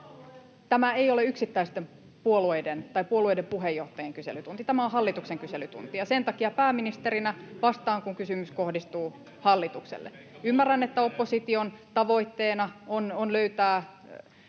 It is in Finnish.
Tämä ei ole yksittäisten puolueiden tai puolueiden puheenjohtajien kyselytunti, tämä on hallituksen kyselytunti, ja sen takia pääministerinä vastaan, kun kysymys kohdistuu hallitukselle. Ymmärrän, että opposition tavoitteena on löytää